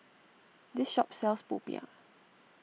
this shop sells Popiah